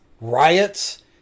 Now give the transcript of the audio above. riots